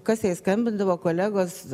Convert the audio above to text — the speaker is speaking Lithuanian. kas jai skambindavo kolegos